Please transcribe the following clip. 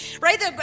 Right